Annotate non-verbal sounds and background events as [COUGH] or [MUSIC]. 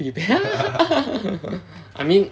P_E pants [LAUGHS] I mean